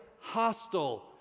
hostile